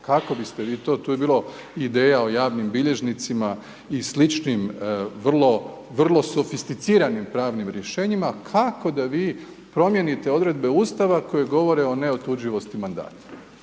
kako bi ste vi to, tu je bilo ideja o javnim bilježnicima i sličnim vrlo sofisticiranim pravnim rješenjima, kako da vi promijenite odredbe Ustava koje govore o neotuđivosti mandata.